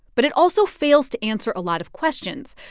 but it also fails to answer a lot of questions.